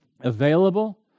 available